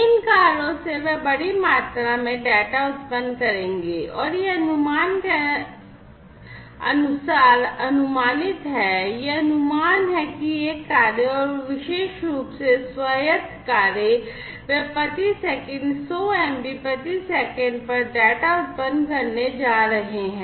इन कारों से वे बड़ी मात्रा में डेटा उत्पन्न करेंगे और यह अनुमान के अनुसार अनुमानित है यह अनुमान है कि ये कारें और विशेष रूप से स्वायत्त कारें वे प्रति सेकंड 100 MB per second पर डेटा उत्पन्न करने जा रहे हैं